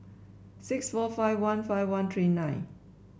six four five one five one three nine